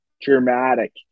dramatic